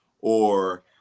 or-